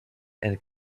and